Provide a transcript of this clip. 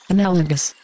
Analogous